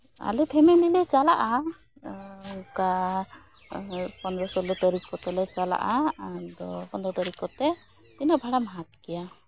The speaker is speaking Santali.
ᱟᱞᱮ ᱯᱷᱮᱢᱮᱞᱤ ᱞᱮ ᱪᱟᱞᱟᱜᱼᱟ ᱚᱱᱠᱟ ᱯᱚᱱᱨᱚ ᱥᱳᱞᱞᱳ ᱛᱟ ᱨᱤᱠᱷ ᱠᱚᱛᱮ ᱞᱮ ᱪᱟᱞᱟᱜᱼᱟ ᱟᱫᱚ ᱯᱚᱱᱨᱚ ᱛᱟᱹᱨᱤᱠᱷ ᱠᱚᱛᱮ ᱛᱤᱱᱟᱹᱜ ᱵᱷᱟᱲᱟᱢ ᱦᱟᱛ ᱠᱮᱭᱟ